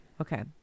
Okay